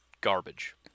garbage